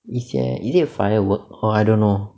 一些 is it firework or I don't know